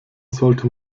sollte